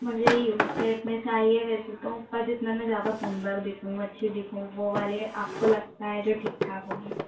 मुझे U shape में चाहिए वैसे तो पर जिसमें मैं ज्यादा सुन्दर दिखूँ अच्छी दिखूँ वो वाले आपको लगता है जो ठीक ठाक होंगे